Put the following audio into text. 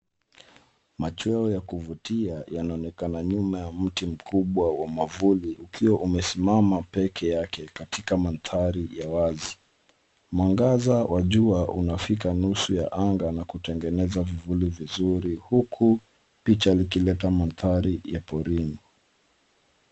Machweo ya kuvutia yanaonekana nyuma ya mti mkubwa wa mwavuli ukiwa umesimama peke yake katika mandhari ya wazi. Mwangaza wa jua unafika nusu anga na kutengeneza vivuli vizuri huku picha likileta mandhari ya porini.